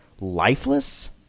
lifeless